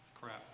crap